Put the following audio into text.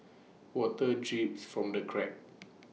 water drips from the cracks